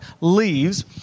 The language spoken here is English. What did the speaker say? leaves